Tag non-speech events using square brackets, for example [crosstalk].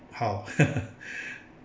how [laughs]